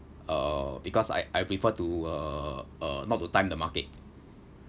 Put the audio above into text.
uh because I I prefer to uh uh not to time the market